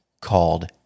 called